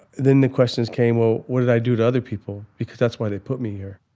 then the questions came, well, what did i do to other people? because that's why they put me here.